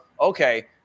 okay